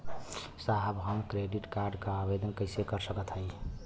साहब हम credit card क आवेदन कइसे कर सकत हई?